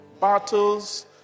Battles